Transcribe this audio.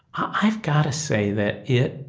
i've got to say that it